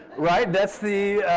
right? that's the,